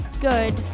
good